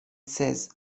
says